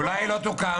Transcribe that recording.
אולי היא לא תוקם?